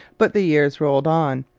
but the years rolled on,